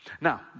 Now